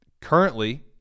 currently